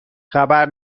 خبر